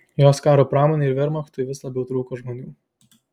jos karo pramonei ir vermachtui vis labiau trūko žmonių